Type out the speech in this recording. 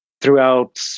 throughout